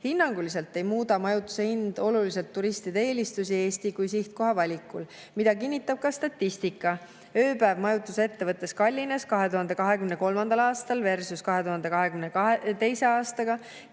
Hinnanguliselt ei muuda majutuse hind oluliselt turistide eelistusi Eesti kui sihtkoha valikul, mida kinnitab ka statistika. [Hind] ööpäeva eest majutusettevõttes [ööbimisel] kallines 2023. aastal võrreldes2022. aastaga